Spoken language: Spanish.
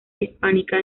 hispánica